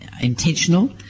intentional